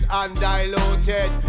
undiluted